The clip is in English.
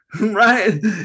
right